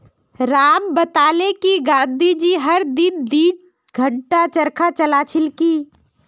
राम बताले कि गांधी जी हर दिन दी घंटा चरखा चला छिल की